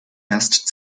erst